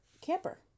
camper